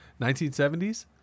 1970s